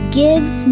gives